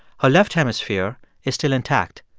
her left hemisphere is still intact.